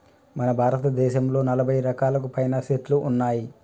మన భారతదేసంలో నలభై రకాలకు పైనే సెట్లు ఉన్నాయి